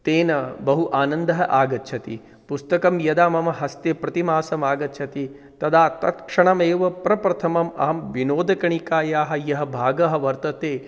तेन बहु आनन्दः आगच्छति पुस्तकं यदा मम हस्ते प्रतिमासम् आगच्छति तदा तत्क्षणम् एव प्रप्रथमम् अहं विनोदकणिकायाः यः भागः वर्तते